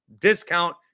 Discount